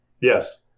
Yes